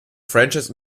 franchise